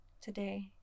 Today